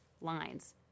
lines